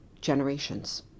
generations